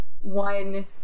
one